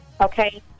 okay